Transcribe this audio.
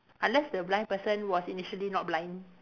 unless the blind person was initially not blind